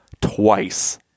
twice